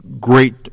great